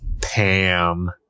Pam